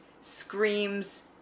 screams